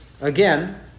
again